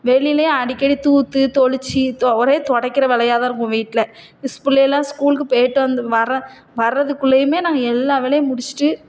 வெளியிலையும் அடிக்கடி தூத்து தெளிச்சி தொ ஒரே துடைக்கிற வேலையாக தான் இருக்கும் வீட்டில் ஸ் பிள்ளை எல்லாம் ஸ்கூலுக்கு போயிட்டு வந்து வர வரதுக்குள்ளையுமே நாங்கள் எல்லா வேலையும் முடிச்சுட்டு